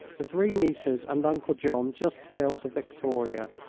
the three nieces and uncle john just filled the victoria.